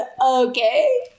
Okay